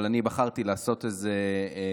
אבל אני בחרתי לעשות עברות,